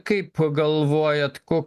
kaip galvojat ko